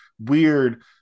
weird